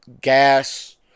gas